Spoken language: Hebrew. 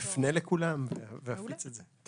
אפנה לכולם ואפיץ את זה.